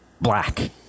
black